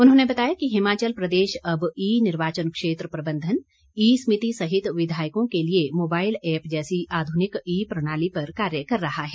उन्होंने बताया कि हिमाचल प्रदेश अब ई निर्वाचन क्षेत्र प्रबंधन ई समिति सहित विधायकों के लिए मोबाईल ऐप्प जैसी आधुनिक ई प्रणाली पर कार्य कर रहा है